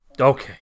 Okay